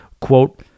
Quote